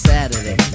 Saturday